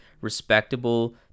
respectable